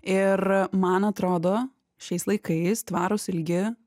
ir man atrodo šiais laikais tvarūs ilgi